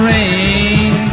Rain